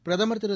பிரதமா் திரு